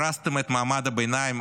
הרסתם את מעמד הביניים.